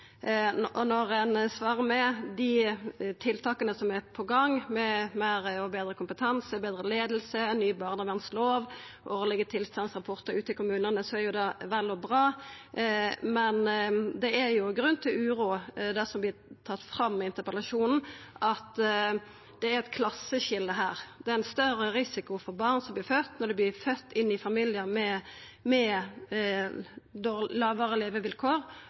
Ein svarar med dei tiltaka som er på gang, med meir og betre kompetanse, betre leiing, ny barnevernslov og årlege tilstandsrapportar i kommunane, og det er vel og bra, men det er grunn til uro over det som vert tatt opp i interpellasjonen: at det er eit klasseskilje her, og at det er ein større risiko for at barn som vert fødde inn i familiar med lågare levekår, opplever omsorgssvikt, og for at barnevernet må koma inn med